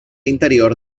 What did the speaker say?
interior